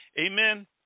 Amen